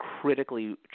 critically